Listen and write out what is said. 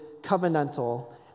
covenantal